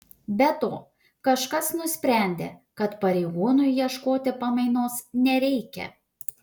be to kažkas nusprendė kad pareigūnui ieškoti pamainos nereikia